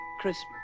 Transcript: Christmas